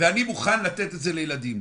ואני מוכן לתת את זה לילדים.